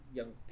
young